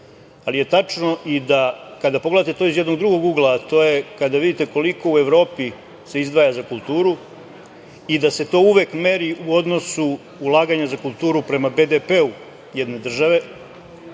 ali je tačno i da kada pogledate to iz jednog drugog ugla, a to je kada vidite koliko u Evropi se izdvaja za kulturu i da se to uvek meri u odnosu ulaganje za kulturu prema BDP-u jedne države,